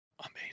amazing